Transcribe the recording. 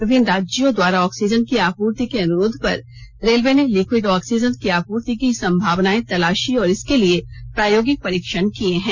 विभिन्न राज्यों द्वारा ऑक्सीजन की आपूर्ति के अनुरोध पर रेलवे ने लिक्विड ऑक्सीजन की आपूर्ति की संभावनाएं तलाशी और इसके लिए प्रायोगिक परीक्षण किए हैं